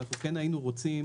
אנחנו כן היינו רוצים